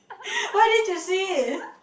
why didn't you see it